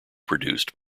produced